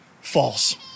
false